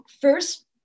first